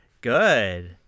Good